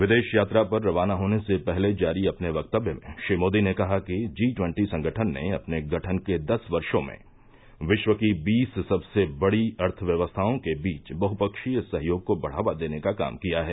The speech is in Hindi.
विदेश यात्रा पर खाना होने से पहले जारी अपने वक्तव्य में श्री मोदी ने कहा कि जी ट्वन्टी संगठन ने अपने गठन के दस वर्षो में विश्व की बीस सबसे बड़ी अर्थव्यवस्थाओं के बीच बहफ्कीय सहयोग को बढ़ावा देने का काम किया है